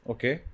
Okay